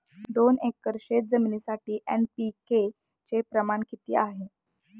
दोन एकर शेतजमिनीसाठी एन.पी.के चे प्रमाण किती आहे?